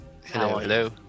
Hello